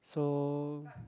so